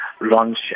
launch